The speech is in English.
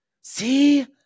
See